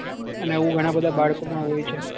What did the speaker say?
બરાબર અને એવું ઘણાં બધા બાળકોમાં હોય છે